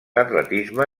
atletisme